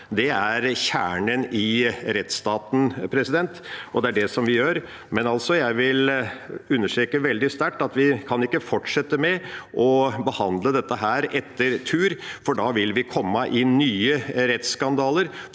Det er kjernen i rettsstaten, og det er det vi gjør. Jeg vil likevel understreke veldig sterkt at vi ikke kan fortsette med å behandle dette etter tur, for da vil vi komme i nye rettsskandaler